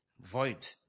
void